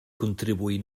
contribuir